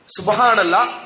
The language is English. Subhanallah